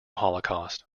holocaust